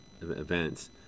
events